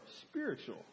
spiritual